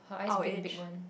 her eyes big big one